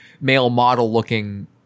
male-model-looking